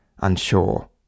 unsure